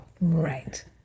Right